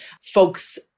folks